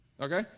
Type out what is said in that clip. Okay